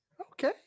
Okay